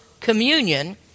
communion